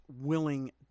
willing